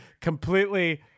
completely